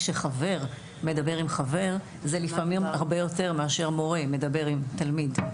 כשחבר מדבר עם חבר לפעמים זה הרבה יותר מאשר מורה שמדבר עם תלמיד.